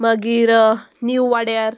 मागीर नीव वाड्यार